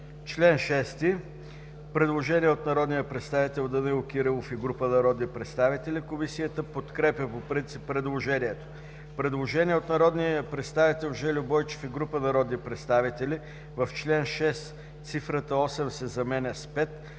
чл. 6 има предложение от народния представител Данаил Кирилов и група народни представители. Комисията подкрепя по принцип предложението. Има предложение от народния представител Жельо Бойчев и група народни представители в чл. 6, цифрата „8“ да се замени с „5“.